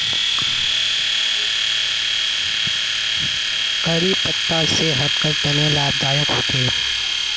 करी पत्ता सेहटर तने लाभदायक होचे